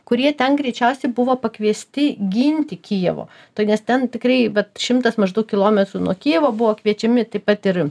kurie ten greičiausiai buvo pakviesti ginti kijevo to nes ten tikrai vat šimtas maždaug kilometrų nuo kijevo buvo kviečiami taip pat ir